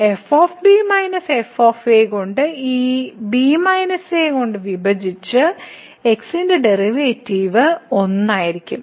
ഇവിടെ f - f കൊണ്ട് ഈ b a കൊണ്ട് വിഭജിച്ച് x ന്റെ ഡെറിവേറ്റീവ് 1 ആയിരിക്കും